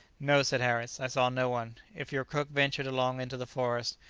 no, said harris, i saw no one if your cook ventured alone into the forest,